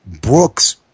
Brooks